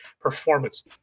performance